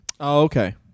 Okay